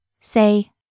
Say